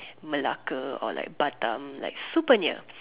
Melaka or like Batam like super near